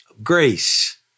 grace